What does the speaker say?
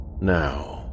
Now